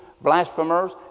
blasphemers